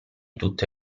tutta